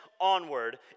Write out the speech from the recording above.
onward